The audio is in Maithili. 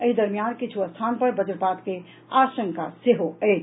एहि दरमियान किछू स्थान पर वज्रपात के आशंका सेहो अछि